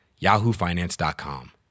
YahooFinance.com